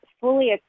fully